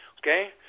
okay